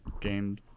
game